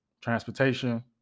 transportation